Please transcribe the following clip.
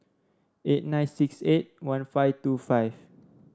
eight nine six eight one five two five